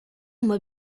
uma